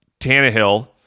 Tannehill